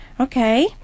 Okay